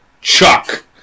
Chuck